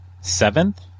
Seventh